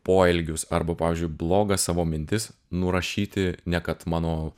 poelgius arba pavyzdžiui blogas savo mintis nurašyti ne kad mano